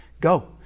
Go